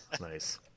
nice